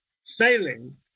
sailing